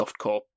softcore